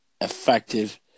effective